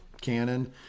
canon